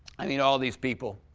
i mean all these people,